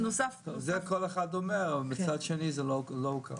זה כל אחד אומר, מצד שני, זה לא הוקם.